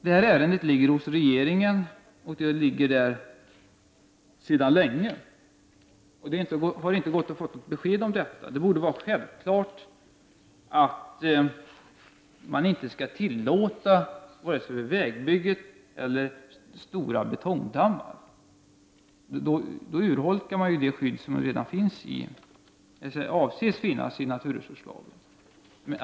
Detta ärende ligger hos regeringen, och det ligger där sedan länge, och det har inte gått att få något besked. Det borde vara självklart att man inte skall tillåta vare sig vägbygget eller stora betongdammar. Då urholkar man det skydd som avses med i naturresurslagen.